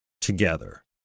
together